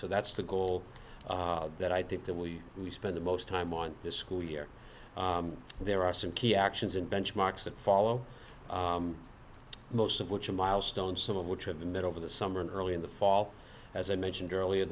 so that's the goal that i think that we we spend the most time on this school year there are some key actions and benchmarks that follow most of which are milestone some of which are in the middle of the summer and early in the fall as i mentioned earlier